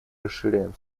расширяем